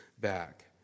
back